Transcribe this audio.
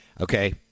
Okay